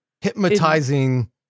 hypnotizing